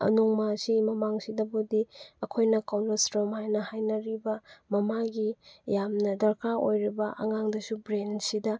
ꯅꯣꯡꯃꯁꯦ ꯃꯃꯥꯡꯁꯤꯗꯕꯨꯗꯤ ꯑꯩꯈꯣꯏꯅ ꯀꯣꯂꯦꯁꯇ꯭ꯔꯣꯟ ꯍꯥꯏꯅꯔꯤꯕ ꯃꯃꯥꯒꯤ ꯌꯥꯝꯅ ꯗꯔꯀꯥꯔ ꯑꯣꯏꯔꯕ ꯑꯉꯥꯡꯗꯁꯨ ꯕ꯭ꯔꯦꯟꯁꯤꯗ